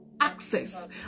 Access